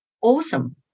awesome